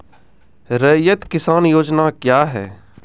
रैयत किसान योजना क्या हैं?